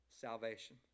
salvation